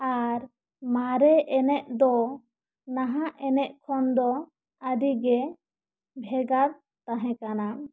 ᱟᱨ ᱢᱟᱨᱮ ᱮᱱᱮᱡ ᱫᱚ ᱱᱟᱦᱟᱜ ᱮᱱᱮᱡ ᱠᱷᱚᱱ ᱫᱚ ᱟᱹᱰᱤᱜᱮ ᱵᱷᱮᱜᱟᱨ ᱛᱟᱦᱮᱸ ᱠᱟᱱᱟ